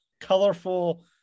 colorful